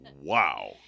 wow